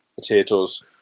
potatoes